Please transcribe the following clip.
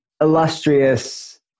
illustrious